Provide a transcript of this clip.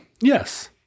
Yes